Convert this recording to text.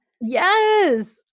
Yes